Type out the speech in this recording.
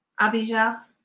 Abijah